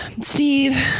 Steve